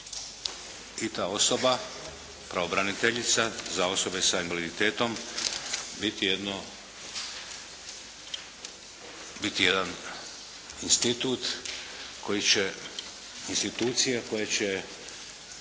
i ta osoba, pravobraniteljica za osobe sa invaliditetom biti jedno, biti jedan